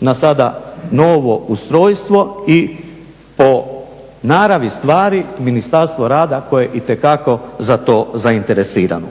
na sada novo ustrojstvo i po naravi stvari Ministarstvo rada koje je itekako za to zainteresirano.